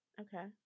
Okay